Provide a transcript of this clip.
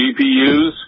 GPUs